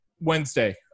Wednesday